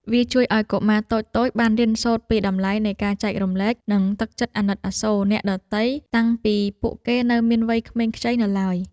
វាជួយឱ្យកុមារតូចៗបានរៀនសូត្រពីតម្លៃនៃការចែករំលែក និងទឹកចិត្តអាណិតអាសូរអ្នកដទៃតាំងពីពួកគេនៅមានវ័យក្មេងខ្ចីនៅឡើយ។